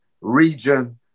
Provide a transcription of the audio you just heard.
region